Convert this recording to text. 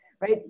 right